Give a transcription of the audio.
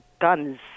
guns